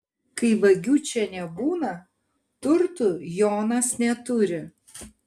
kai vagių čia nebūna turtų jonas neturi